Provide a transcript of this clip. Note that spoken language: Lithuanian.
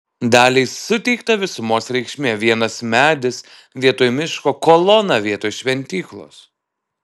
daliai suteikta visumos reikšmė vienas medis vietoj miško kolona vietoj šventyklos